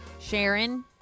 Sharon